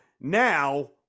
now